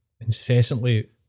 incessantly